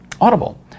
Audible